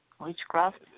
witchcraft